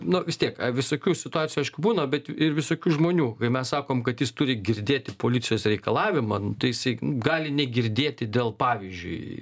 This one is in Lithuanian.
nu vis tiek visokių situacijų aišku būna bet ir visokių žmonių kai mes sakom kad jis turi girdėti policijos reikalavimą tai jisai gali negirdėti dėl pavyzdžiui